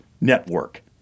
network